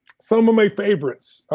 some of my favorites,